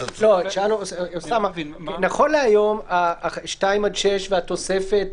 נכון להיום 2 עד 6 והתוספת,